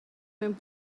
mewn